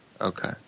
Okay